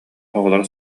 оҕолор